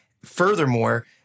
Furthermore